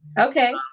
Okay